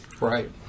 Right